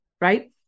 right